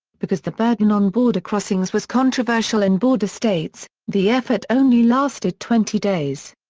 because the burden on border crossings was controversial in border states, the effort only lasted twenty days.